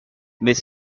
mais